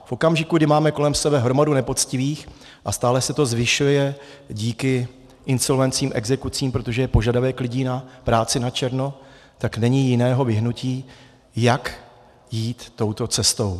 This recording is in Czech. V okamžiku, kdy máme kolem sebe hromadu nepoctivých, a stále se to zvyšuje díky insolvencím, exekucím, protože je požadavek lidí na práci načerno, tak není jiného vyhnutí, jak jít touto cestou.